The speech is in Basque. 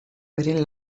beren